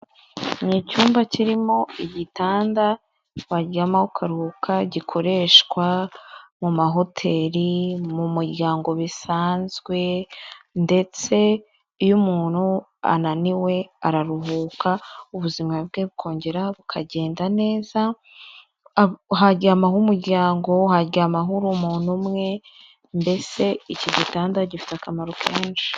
Ni icyumba kirimo igitanda, wajyamo ukaruhuka gikoreshwa mu mahoteri, mu muryango bisanzwe ndetse iyo umuntu ananiwe araruhuka ubuzima bwe bukongera bukagenda neza, haryamaho umuryango, waryamaho uri umuntu umwe, mbese iki gitanda gifite akamaro kenshi.